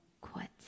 quit